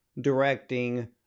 directing